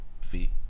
feet